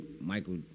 Michael